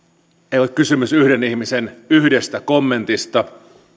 ei ole kysymys yhden ihmisen yhdestä kommentista